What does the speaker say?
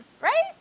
Right